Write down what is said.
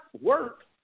work